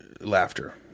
laughter